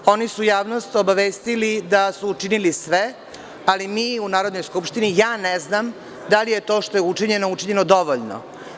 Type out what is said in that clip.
Oni su javnost obavestili da su učinili sve, ali mi u Narodnoj skupštini, ja ne znam da li je to što je učinjeno, učinjeno dovoljno.